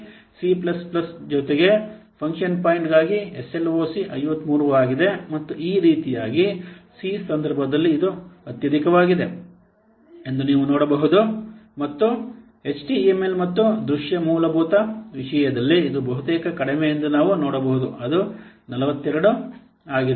ಅದೇ ರೀತಿ C plus plus ಜೊತೆಗೆ ಫಂಕ್ಷನ್ ಪಾಯಿಂಟ್ಗಾಗಿ ಎಸ್ಎಲ್ಒಸಿ 53 ಆಗಿದೆ ಮತ್ತು ಈ ರೀತಿಯಾಗಿ ಸಿ ಸಂದರ್ಭದಲ್ಲಿ ಇದು ಅತ್ಯಧಿಕವಾಗಿದೆ ಎಂದು ನೀವು ನೋಡಬಹುದು ಮತ್ತು ಎಚ್ಟಿಎಮ್ಎಲ್ ಮತ್ತು ದೃಶ್ಯ ಮೂಲಭೂತ ವಿಷಯದಲ್ಲಿ ಇದು ಬಹುತೇಕ ಕಡಿಮೆ ಎಂದು ನಾವು ನೋಡಬಹುದು ಅದು 42 ಆಗಿದೆ